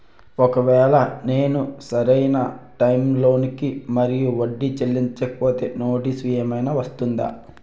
ఒకవేళ నేను సరి అయినా టైం కి లోన్ మరియు వడ్డీ చెల్లించకపోతే నోటీసు ఏమైనా వస్తుందా?